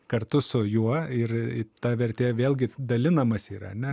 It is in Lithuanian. kartu su juo ir ta vertė vėlgi dalinamasi yra ar ne